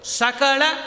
Sakala